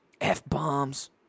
F-bombs